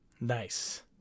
Nice